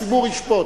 הציבור ישפוט.